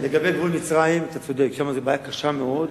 לגבי גבול מצרים, אתה צודק, שם זו בעיה קשה מאוד.